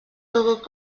coca